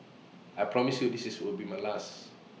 I promise you this is will be my last